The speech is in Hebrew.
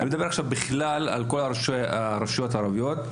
אני מדבר עכשיו בכלל על כל הרשויות הערביות,